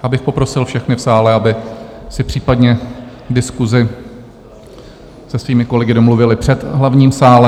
Já bych poprosil všechny v sále, aby si případně diskuse se svými kolegy domluvili před hlavním sálem.